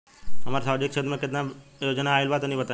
हमरा समाजिक क्षेत्र में केतना योजना आइल बा तनि बताईं?